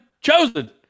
chosen